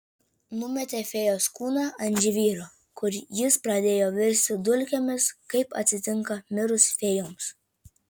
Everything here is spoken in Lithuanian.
numetė fėjos kūną ant žvyro kur jis pradėjo virsti dulkėmis kaip atsitinka mirus fėjoms